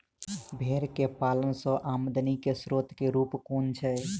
भेंर केँ पालन सँ आमदनी केँ स्रोत केँ रूप कुन छैय?